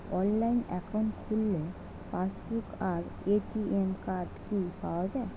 Online account খুললে passbook আর ATM card কি পাওয়া যায়?